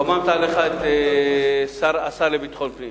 קוממת עליך את השר לביטחון פנים,